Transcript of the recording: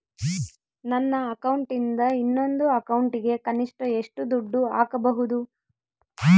ನನ್ನ ಅಕೌಂಟಿಂದ ಇನ್ನೊಂದು ಅಕೌಂಟಿಗೆ ಕನಿಷ್ಟ ಎಷ್ಟು ದುಡ್ಡು ಹಾಕಬಹುದು?